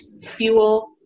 fuel